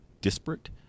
disparate